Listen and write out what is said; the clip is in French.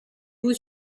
vous